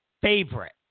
favorite